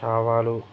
చావాలు